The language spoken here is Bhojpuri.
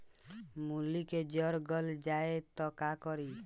मूली के जर गल जाए त का करी?